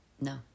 No